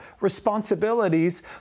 responsibilities